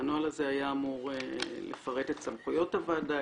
והנוהל הזה היה אמור לפרט את סמכויות הוועדה,